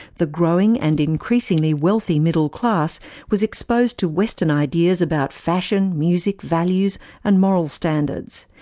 the growing and increasingly wealthy middle class was exposed to western ideas about fashion, music, values and moral standards.